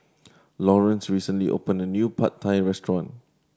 Lawrence recently opened a new Pad Thai Restaurant